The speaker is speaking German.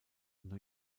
new